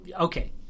Okay